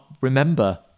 remember